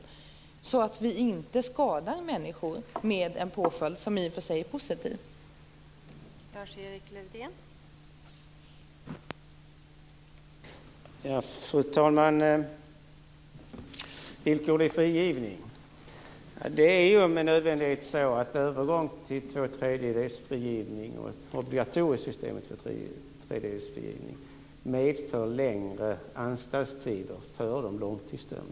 Människor skall inte skadas av en i och för sig positiv påföljd.